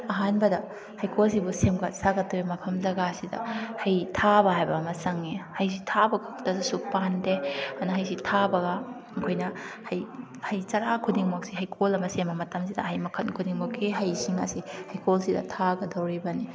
ꯑꯍꯥꯟꯕꯗ ꯍꯩꯀꯣꯜꯁꯤꯕꯨ ꯁꯦꯝꯒꯠ ꯁꯥꯒꯠꯇꯣꯏꯕ ꯃꯐꯝ ꯖꯒꯥꯁꯤꯗ ꯍꯩ ꯊꯥꯕ ꯍꯥꯏꯕ ꯑꯃ ꯆꯪꯉꯦ ꯍꯩꯁꯤ ꯊꯥꯕꯒ ꯈꯛꯇꯗꯁꯨ ꯄꯥꯟꯗꯦ ꯑꯗꯨꯅ ꯍꯩꯁꯤ ꯊꯥꯕꯒ ꯑꯩꯈꯣꯏꯅ ꯍꯩ ꯍꯩ ꯆꯔꯥ ꯈꯨꯗꯤꯡꯃꯛꯁꯤ ꯍꯩꯀꯣꯜ ꯑꯃ ꯁꯦꯝꯕ ꯃꯇꯝꯁꯤꯗ ꯍꯩ ꯃꯈꯜ ꯈꯨꯗꯤꯡꯃꯛꯀꯤ ꯍꯩꯁꯤꯡ ꯑꯁꯤ ꯍꯩꯀꯣꯜꯁꯤꯗ ꯊꯥꯒꯗꯧꯔꯤꯕꯅꯤ